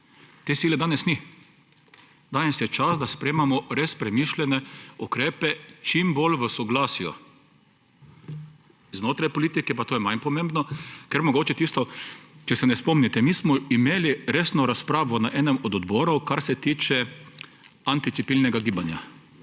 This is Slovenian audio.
Te sile danes ni. Danes je čas, da sprejmemo res premišljene ukrepe čimbolj v soglasju znotraj politike, pa to je manj pomembno, ker mogoče tisto … Če se ne spomnite, mi smo imeli resno razpravo na enem od odboru, kar se tiče anticepilnega gibanja.